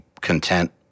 content